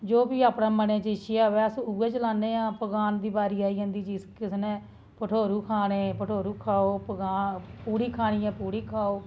जो बी अपने मनै दी इच्छेआ होऐ अस उ'ऐ जलाने आं पकवान दी बारी आई जंदी जिस किसै ने पठोरू खाने पठोरू खाओ पकवान पूड़ी खानी ऐ पूड़ी खाओ